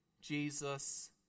Jesus